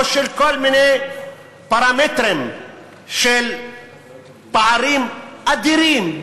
או בכל מיני פרמטרים של פערים אדירים,